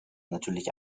natürlich